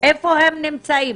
איפה הם נמצאים?